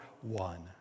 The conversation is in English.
one